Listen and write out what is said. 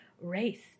race